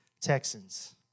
Texans